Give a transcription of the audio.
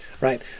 right